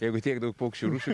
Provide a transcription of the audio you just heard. jeigu tiek daug paukščių rūšių